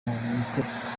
mikoro